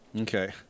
Okay